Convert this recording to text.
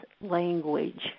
language